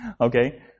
Okay